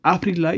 April